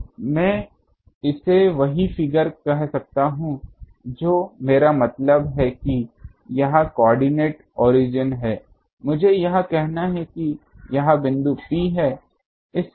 तो मैं इसे वही फिगर कह सकता हूं जो मेरा मतलब है कि यह कोआर्डिनेट ओरिजिन है मुझे यह कहना है कि यह बिंदु P है